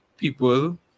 People